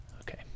Okay